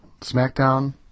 SmackDown